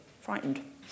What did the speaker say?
frightened